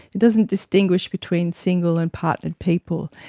it doesn't distinguish between single and partnered people,